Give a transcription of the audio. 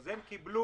אז הן קיבלו